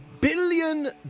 billion